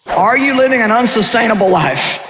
are you living an unsustainable life?